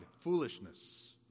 foolishness